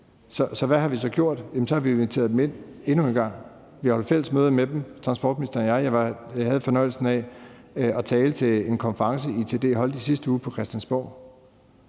Hvad har vi så gjort? Vi har inviteret dem ind endnu en gang; vi har fælles holdt møder med dem, transportministeren og jeg. Jeg havde fornøjelsen af at tale til en konference, som ITD holdt i sidste uge på Christiansborg.